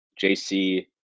JC